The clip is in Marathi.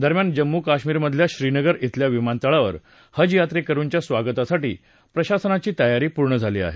दरम्यान जम्मू काश्मीरमधल्या श्रीनगर खेल्या विमानतळावर हज यात्रेकरूंच्या स्वागतासाठी प्रशासनाची तयारी पूर्ण झाली आहे